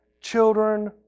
children